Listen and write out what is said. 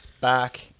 back